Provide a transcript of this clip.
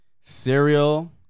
cereal